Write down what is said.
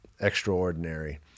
extraordinary